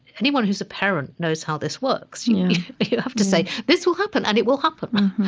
anyone who's a parent knows how this works you but you have to say this will happen, and it will happen.